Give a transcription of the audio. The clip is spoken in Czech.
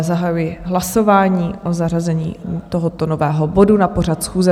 Zahajuji hlasování o zařazení tohoto nového bodu na pořad schůze.